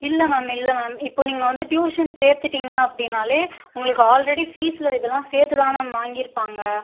இல்லை மேம் இல்லை மேம் இப்போ நீங்கள் வந்து ட்யூஷன் சேர்த்துட்டிங்னா அப்படினாலே உங்களுக்கு ஆல்ரெடி ஃபீஸில் இதல்லாம் சேர்த்துதான் மேம் வாங்கியிருப்பாங்க